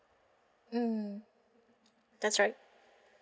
mm that's right